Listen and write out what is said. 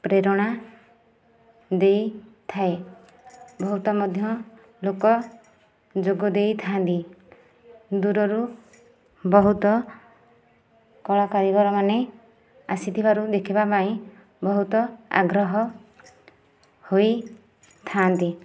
ପ୍ରେରଣା ଦେଇଥାଏ ବହୁତ ମଧ୍ୟ ଲୋକ ଯୋଗ ଦେଇଥା'ନ୍ତି ଦୂରରୁ ବହୁତ କଳା କାରିଗର ମାନେ ଆସିଥିବାରୁ ଦେଖିବା ପାଇଁ ବହୁତ ଆଗ୍ରହ ହୋଇଥା'ନ୍ତି